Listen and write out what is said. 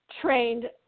trained